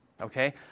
Okay